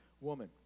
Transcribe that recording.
woman